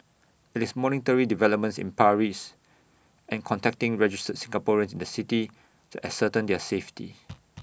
IT is monitoring developments in Paris and contacting registered Singaporeans in the city to ascertain their safety